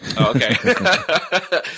Okay